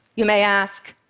you may ask,